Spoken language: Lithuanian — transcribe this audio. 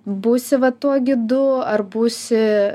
būsi va tuo gidu ar būsi